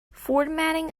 formatting